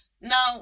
now